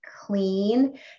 clean